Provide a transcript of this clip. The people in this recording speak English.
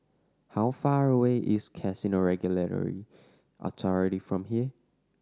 how far away is Casino Regulatory Authority from here